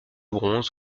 bronze